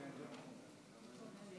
אדוני